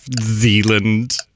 Zealand